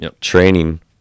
training